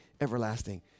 everlasting